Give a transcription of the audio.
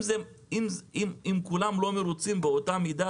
אם כולם לא מרוצים באותה מידה,